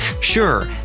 Sure